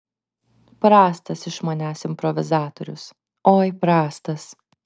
prastas iš manęs improvizatorius oi prastas